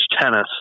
tennis